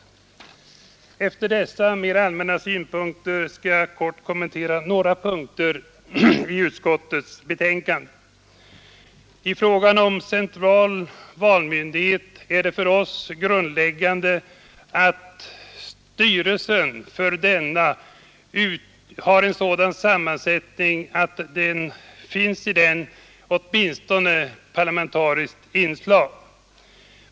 Efter dessa mera allmänna resonemang skall jag kort kommentera några punkter i utskottets betänkande. I fråga om central valmyndighet är det för oss grundläggande att styrelsen för denna har en sådan sammansättning att det finns i den åtminstone s.k. parlamentariskt inslag.